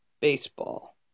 baseball